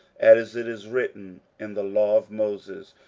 as it is written in the law of moses,